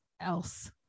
else